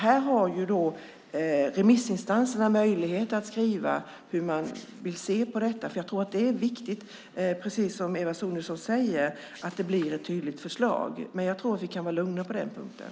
Här har remissinstanserna möjlighet att svara på hur man vill se på detta. Jag tror att det är viktigt att det blir ett tydligt förslag, precis som Eva Sonidsson säger. Jag tror att vi kan vara lugna på den punkten.